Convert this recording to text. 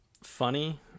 funny